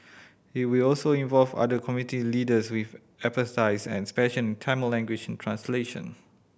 it will also involve other community leaders with expertise and in Tamil language and translation